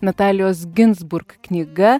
natalijos ginzburg knyga